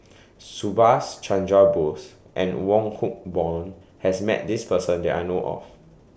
Subhas Chandra Bose and Wong Hock Boon has Met This Person that I know of